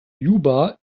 juba